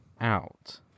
out